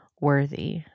worthy